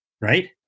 Right